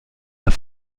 dans